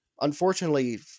unfortunately